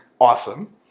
Awesome